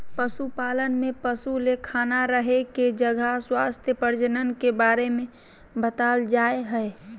पशुपालन में पशु ले खाना रहे के जगह स्वास्थ्य प्रजनन बारे में बताल जाय हइ